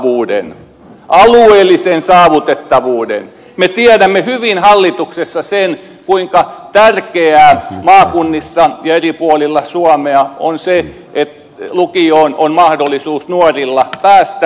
alueellisen saavutettavuuden me tiedämme hyvin hallituksessa sen kuinka tärkeää maakunnissa ja eri puolilla suomea on se että lukioon on nuorilla mahdollisuus päästä